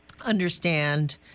understand